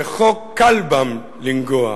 וכה קל בם לנגוע.